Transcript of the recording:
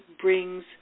brings